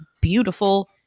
beautiful